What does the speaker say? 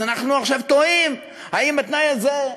אז אנחנו עכשיו תוהים אם התנאי הזה,